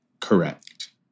Correct